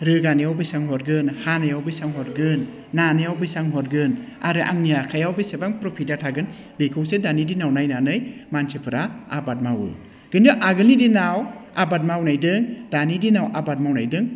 रोगानायाव बेसेबां हरगोन हानायान बेसेबां हरगोन नानायाव बेसेबां हरगोन आरो आंनि आखायाव बेसेबां प्रफिटआ थागोन बेखौनो दानि दिनाव नायनानै मानसिफोरा आबाद मावो खिन्थु आगोलनि दिनाव आबाद मावनायदों दानि दिनाव आबाद मावदों